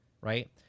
right